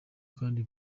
kandi